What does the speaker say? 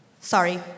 sorry